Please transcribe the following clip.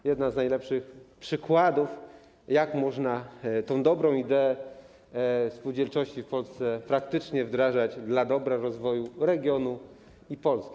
To jeden z najlepszych przykładów tego, jak można tę dobrą ideę spółdzielczości w Polsce praktycznie wdrażać dla dobra rozwoju regionu i Polski.